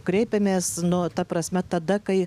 krepiamės nu ta prasme tada kai